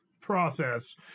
process